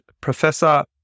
Professor